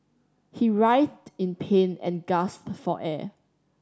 he writhed in pain and gasped for air